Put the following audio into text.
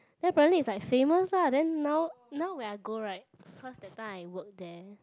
then apparently it's like famous lah then now now when I go right cause that time I work there